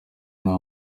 nta